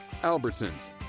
Albertsons